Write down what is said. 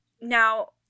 Now